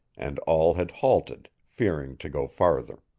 and all had halted, fearing to go farther.